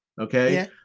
okay